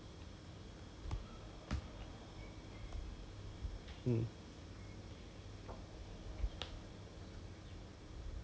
he he during the whole time he was saying that err err he has a job offer elsewhere